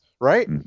right